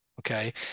okay